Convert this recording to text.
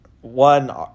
one